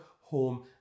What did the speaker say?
home